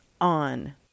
on